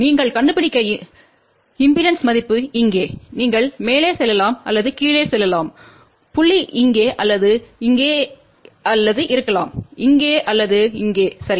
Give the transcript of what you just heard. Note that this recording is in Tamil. நீங்கள் கண்டுபிடிக்க இம்பெடன்ஸ் மதிப்பு இங்கே நீங்கள் மேலே செல்லலாம் அல்லது கீழே செல்லலாம் புள்ளி இங்கே அல்லது இங்கே அல்லது இருக்கலாம் இங்கே அல்லது இங்கே சரி